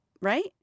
right